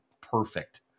perfect